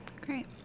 Great